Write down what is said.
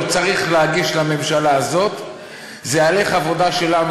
שצריך להגיש לממשלה הזאת זה איך עבודה שלנו,